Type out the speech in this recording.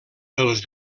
els